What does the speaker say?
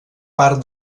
part